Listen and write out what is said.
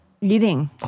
Eating